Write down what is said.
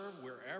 wherever